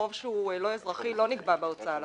חוב שהוא לא אזרחי לא נגבה בהוצאה לפועל.